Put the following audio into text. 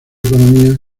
economía